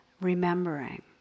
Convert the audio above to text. remembering